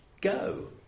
go